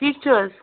ٹھیٖک چھِ حظ